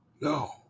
No